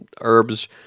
herbs